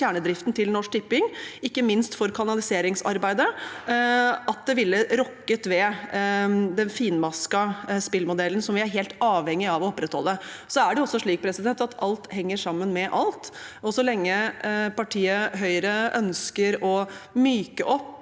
kjernedriften til Norsk Tipping, ikke minst for kanaliseringsarbeidet, at det ville ha rokket ved den finmaskede spillmodellen som vi er helt avhengige av å opprettholde. Det er også slik at alt henger sammen med alt. Så lenge partiet Høyre ønsker å myke opp